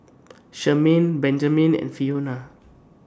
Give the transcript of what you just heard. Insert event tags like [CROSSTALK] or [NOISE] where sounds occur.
[UNINTELLIGIBLE] Benjamen and Fiona